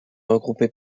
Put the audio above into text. regrouper